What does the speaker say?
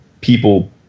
people